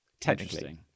Technically